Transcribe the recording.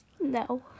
no